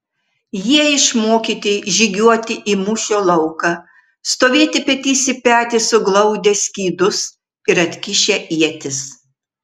jie išmokyti žygiuoti į mūšio lauką stovėti petys į petį suglaudę skydus ir atkišę ietis